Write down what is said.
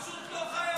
את לא חיה במדינה.